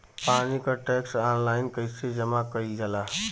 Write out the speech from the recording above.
पानी क tax online कईसे जमा कईल जाला?